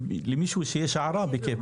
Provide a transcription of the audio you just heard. למישהו שיש הערה בכיף.